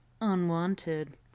unwanted